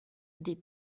des